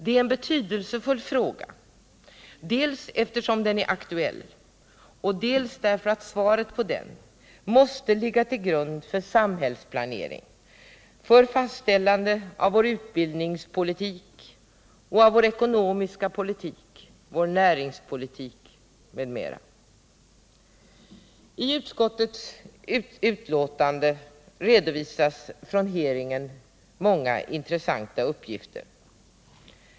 Det är en betydelsefull fråga, dels eftersom den är aktuell, dels därför att svaret på den måste ligga till grund för samhällsplanering, för fastställande av vår utbildningspolitik och av vår ekonomiska politik, vår näringspolitik m.m. I utskottets betänkande redovisas från hearingen många intressanta uppgifter.